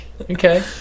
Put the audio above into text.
Okay